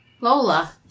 Lola